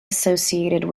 associated